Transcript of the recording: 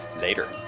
Later